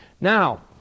Now